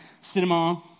cinema